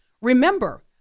Remember